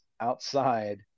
outside